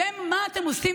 בשם מה אתם עושים?